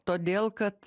todėl kad